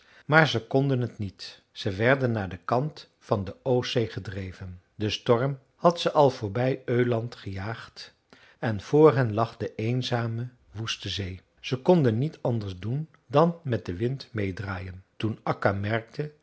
maar ze konden het niet ze werden naar den kant van de oostzee gedreven de storm had ze al voorbij öland gejaagd en vr hen lag de eenzame woeste zee zij konden niet anders doen dan met den wind meê draaien toen akka merkte